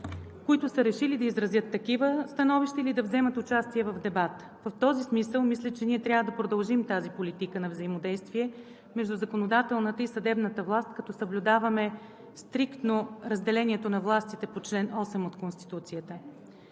които са решили да изразят такива становища или да вземат участие в дебата. В този смисъл, мисля, че ние трябва да продължим тази политика на взаимодействие между законодателната и съдебната власт, като съблюдаваме стриктно разделението на властите по чл. 8 от Конституцията.